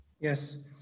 Yes